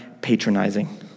patronizing